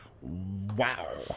wow